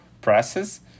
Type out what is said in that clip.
presses